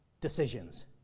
decisions